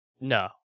No